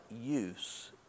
use